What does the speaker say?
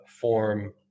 form